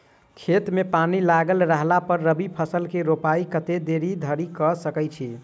खेत मे पानि लागल रहला पर रबी फसल केँ रोपाइ कतेक देरी धरि कऽ सकै छी?